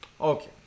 Okay